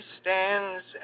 stands